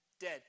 Dead